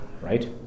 right